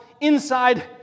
inside